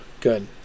Good